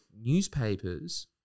newspapers